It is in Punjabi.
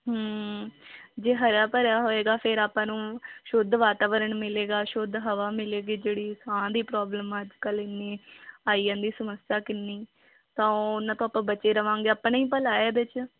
ਹਮ ਜੇ ਹਰਾ ਭਰਿਆ ਹੋਏਗਾ ਫਿਰ ਆਪਾਂ ਨੂੰ ਸ਼ੁੱਧ ਵਾਤਾਵਰਣ ਮਿਲੇਗਾ ਸ਼ੁੱਧ ਹਵਾ ਮਿਲੇਗੀ ਜਿਹੜੀ ਸਾਹ ਦੀ ਪ੍ਰੋਬਲਮ ਅੱਜ ਕੱਲ੍ਹ ਇੰਨੀ ਆਈ ਜਾਂਦੀ ਸਮੱਸਿਆ ਕਿੰਨੀ ਤਾਂ ਉਹਨਾਂ ਤੋਂ ਆਪਾਂ ਬਚੇ ਰਹਾਂਗੇ ਆਪਣਾ ਹੀ ਭਲਾ ਇਹਦੇ 'ਚ